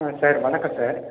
ஆ sir வணக்கம் sir